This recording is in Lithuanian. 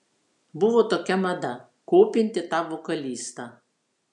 buvo tokia mada kopinti tą vokalistą